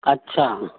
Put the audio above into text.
अच्छा